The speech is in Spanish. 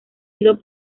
sido